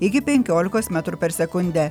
iki penkiolikos metrų per sekundę